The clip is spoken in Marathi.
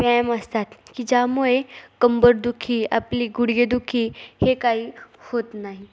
व्यायाम असतात की ज्यामुळे कंबरदुखी आपली गुडघेदुखी हे काही होत नाही